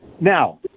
Now